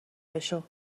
بشو